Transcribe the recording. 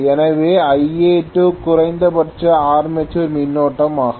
எனவே Ia2 குறைந்தபட்ச armature மின்னோட்டம் ஆகும்